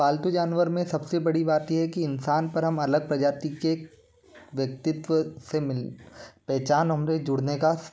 पालतू जानवर में सब से बड़ी बात ये है कि इंसान पर हम अलग प्रजाति के एक व्यक्तित्व से मिल पेहचान हमारे जुड़ने का